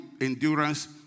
endurance